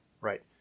Right